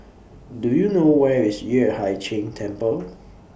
Do YOU know Where IS Yueh Hai Ching Temple